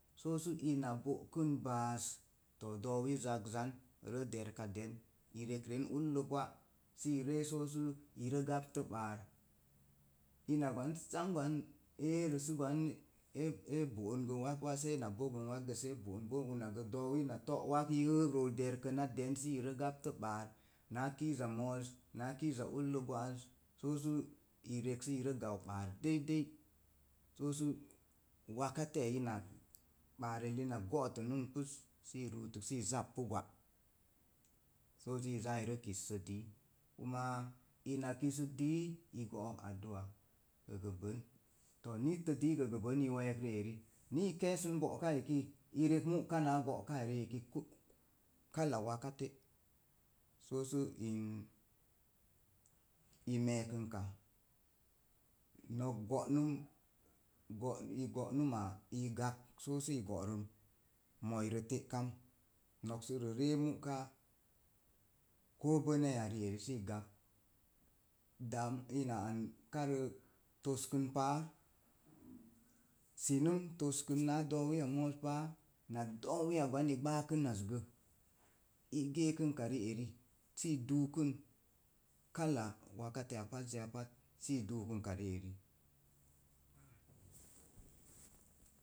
Soo su ina bo'kum ba̱a̱s to̱o̱ do̱o̱wi zag zan derka den i rekren ullo gwa sə i ree soo su irə gaptə ba̱a̱r. Ina gwan sam gwan eerə sə gwan ee bo'on wak wak sə ena bogun sə e’ na bogun ak gə doowi ina to’ wak yəəgrə derkəna den sə irə gaptən baar. na kiiza mo̱o̱ na kiiza ullo gwa'az so sə i rək sə irə gaptə ɓaar dei dei sosu wakateya baarəlli na go'on tunun puz sə i ruutuk sə i zappu gwa’ so sə i zaa irə kissə dii. Kuma ina kisək dii i go'ok adu'a gəgəbən. gəgəbən nittə dii gə i we̱e̱k rieri ni i ke̱e̱sən bo'ka eki rek mu'ka na bo'kaa ri'eki kala wakate so su i me̱e̱kənka nok go'num go'numa i gak sə sə go'rom moirə te'kam nok sərə ree mu'ka koo benaya rieri sə i gak. daam ina an karə toskən pa'a’ sinəm toskən naa doowiya mooz páá na do̱o̱wiya gwan i gbaakənazgə. i gəəkənka ri'eri sə i duukun kala wakateya pazzeya pat i duukənka rieri.